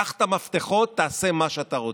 קח את המפתחות, תעשה מה שאתה רוצה.